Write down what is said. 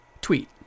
tweet